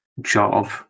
job